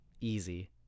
easy